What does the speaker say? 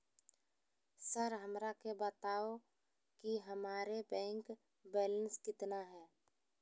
Sir हमरा के बताओ कि हमारे बैंक बैलेंस कितना है?